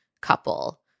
couple